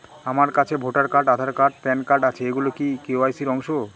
আমার কাছে voter card Aadhaar card PAN card আছে এগুলো কি কে.ওয়াই.সি র অংশ?